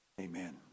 Amen